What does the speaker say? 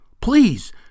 Please